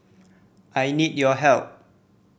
I need your help